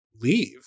leave